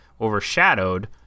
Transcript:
overshadowed